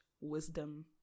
wisdom